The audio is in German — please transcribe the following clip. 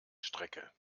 strecke